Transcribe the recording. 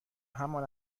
همان